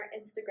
Instagram